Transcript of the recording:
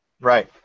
Right